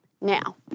Now